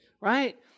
right